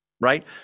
right